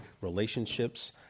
relationships